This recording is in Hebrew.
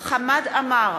חמד עמאר,